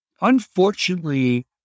unfortunately